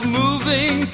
moving